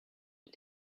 les